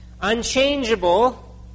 Unchangeable